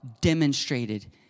demonstrated